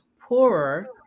poorer